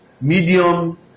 medium